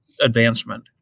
advancement